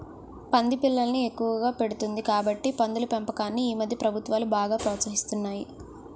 పంది పిల్లల్ని ఎక్కువగా పెడుతుంది కాబట్టి పందుల పెంపకాన్ని ఈమధ్య ప్రభుత్వాలు బాగా ప్రోత్సహిస్తున్నాయి